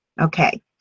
Okay